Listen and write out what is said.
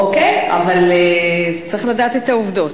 אוקיי, אבל צריך לדעת את העובדות.